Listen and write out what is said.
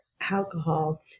alcohol